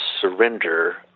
surrender